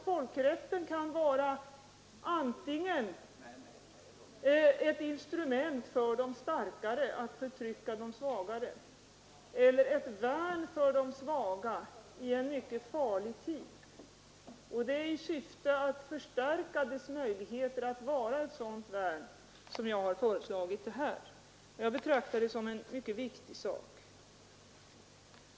Folkrätten kan vara antingen ett instrument för de starkare att förtrycka de svagare eller ett värn för de svaga i en mycket farlig tid. Det är i syfte att förstärka dess möjligheter att vara ett sådant värn som jag har föreslagit en översyn, och jag betraktar det som en mycket viktig sak.